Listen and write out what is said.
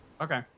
okay